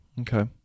Okay